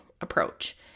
approach